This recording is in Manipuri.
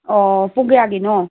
ꯑꯣ ꯄꯨꯡ ꯀꯌꯥꯒꯤꯅꯣ